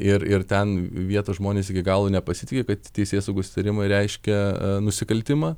ir ir ten vietos žmonės iki galo nepasitiki kad teisėsaugos įtarimai reiškia nusikaltimą